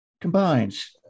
combines